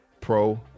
Pro